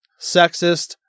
sexist